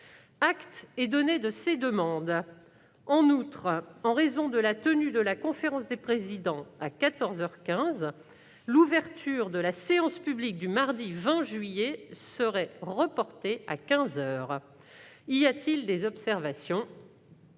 Acte est donné de ces demandes. En outre, en raison de la tenue de la conférence des présidents à quatorze heures quinze, l'ouverture de la séance publique du mardi 20 juillet serait reportée à quinze heures. Y a-t-il des observations ?